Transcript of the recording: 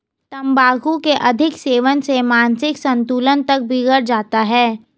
तंबाकू के अधिक सेवन से मानसिक संतुलन तक बिगड़ जाता है